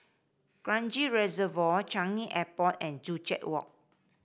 Kranji Reservoir Changi Airport and Joo Chiat Walk